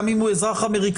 גם אם הוא אזרח אמריקאי,